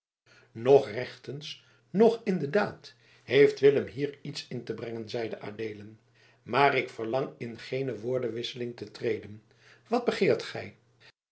noch in de daad heeft willem hier iets in te brengen zeide adeelen maar ik verlang in geene woordenwisseling te treden wat begeert gij